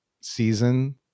season